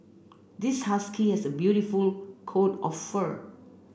this husky has a beautiful coat of fur